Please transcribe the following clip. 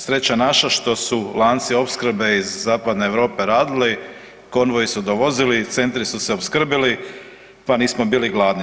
Sreća naša što su lanci opskrbe iz Zapadne Europe radili, konvoji su dovozili, centri su se opskrbili pa nismo bili gladni.